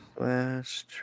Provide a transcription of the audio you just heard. Last